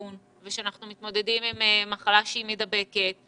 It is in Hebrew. ושאנחנו מתמודדים עם מחלה שהיא מדבקת.